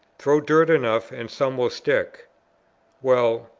throw dirt enough, and some will stick well,